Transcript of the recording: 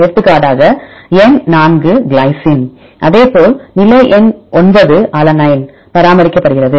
எடுத்துக்காட்டாக எண் 4 கிளைசின் இதேபோல் நிலை எண் 9 அலனைன் பராமரிக்கப்படுகிறது